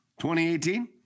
2018